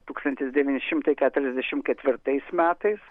tūkstantis devyni šimtai keturiasdešimt ketvirtais metais